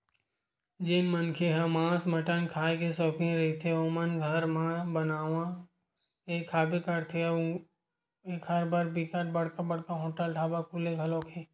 जेन मनखे ह मांस मटन खांए के सौकिन रहिथे ओमन घर म बनवा के खाबे करथे अउ एखर बर बिकट बड़का बड़का होटल ढ़ाबा खुले घलोक हे